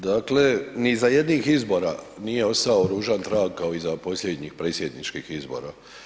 Dakle, ni za jednih izbora nije ostao ružan trag kao iza posljednjih predsjedničkih izbora.